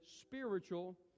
spiritual